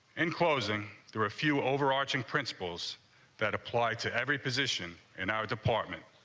in closing, there are few overarching principles that apply to every position in our department.